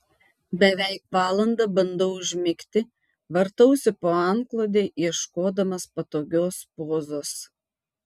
beveik valandą bandau užmigti vartausi po antklode ieškodamas patogios pozos